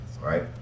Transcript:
Right